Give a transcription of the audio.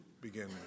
begin